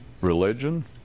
religion